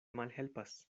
malhelpas